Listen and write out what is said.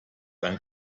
ein